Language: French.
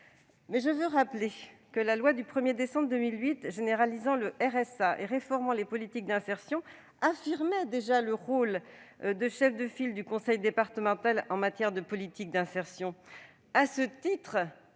Je veux rappeler que la loi du 1 décembre 2008 généralisant le revenu de solidarité active (RSA) et réformant les politiques d'insertion affirmait déjà le rôle de chef de file du conseil départemental en matière de politiques d'insertion.